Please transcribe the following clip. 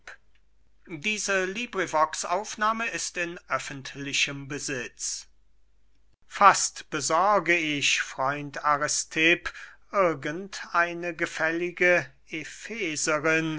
an aristipp fast besorge ich freund aristipp irgend eine gefällige